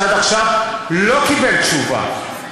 שעד עכשיו לא קיבל תשובה,